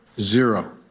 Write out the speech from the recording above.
Zero